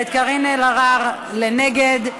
ואת קארין אלהרר נגד,